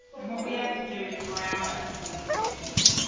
what we have to do is brown it with the veggies.